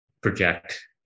project